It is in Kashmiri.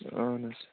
اہن حَظ